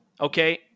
Okay